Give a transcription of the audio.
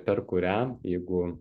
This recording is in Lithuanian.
per kurią jeigu